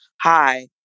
hi